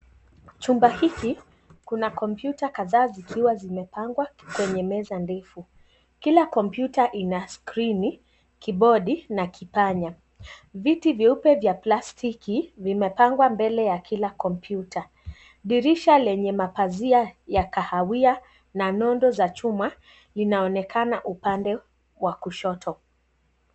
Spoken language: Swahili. Chumba hiki kuna kompyuta kadhaa zikiwa zimepangwa kwenye meza ndefu Kila kompyuta kina skrini, kibodi na kipanya. Viti vyeupe vya plastiki vimepangwa mbele ya kila kompyuta. Dirisha lenye mapazia ya kahawia na nondo za chuma linaonekana upande wa kushoto.